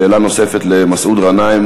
שאלה נוספת למסעוד גנאים,